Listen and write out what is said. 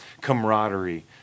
camaraderie